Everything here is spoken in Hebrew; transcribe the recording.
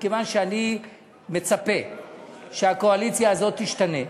מכיוון שאני מצפה שהקואליציה תשתנה,